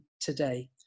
today